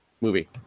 movie